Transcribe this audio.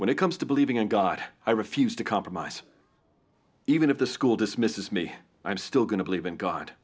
when it comes to believing in god i refuse to compromise even if the school dismisses me i'm still going to believe in god